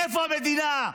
איפה המדינה?